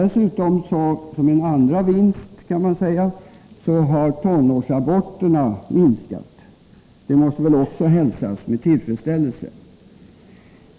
Som en andra vinst kan man nämna att tonårsaborterna har minskat, och det måste väl också hälsas med tillfredsställelse.